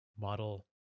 model